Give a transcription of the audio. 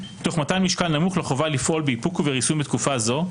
תוך מתן משקל נמוך לחובה לפעול באיפוק ובריסון בתקופה זו,